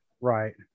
Right